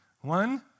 One